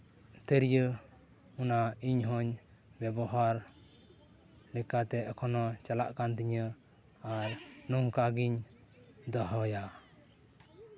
ᱛᱤᱨᱭᱟᱹ ᱚᱱᱟ ᱤᱧ ᱦᱚᱹᱧ ᱵᱮᱵᱚᱦᱟᱨ ᱞᱮᱠᱟᱛᱮ ᱮᱠᱷᱚᱱᱚ ᱪᱟᱞᱟᱜ ᱠᱟᱱ ᱛᱤᱧᱟᱹ ᱟᱨ ᱱᱚᱝᱠᱟ ᱜᱤᱧ ᱫᱚᱦᱚᱭᱟ